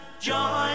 Join